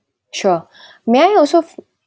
sure may I also